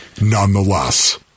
nonetheless